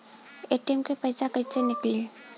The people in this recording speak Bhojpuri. ए.टी.एम से पैसा कैसे नीकली?